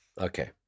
Okay